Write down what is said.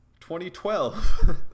2012